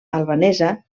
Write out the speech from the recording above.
albanesa